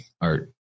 art